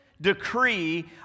decree